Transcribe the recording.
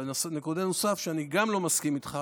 נקודה נוספת שגם בה אני לא מסכים איתך